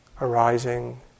arising